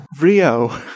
Rio